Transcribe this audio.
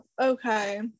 Okay